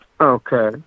Okay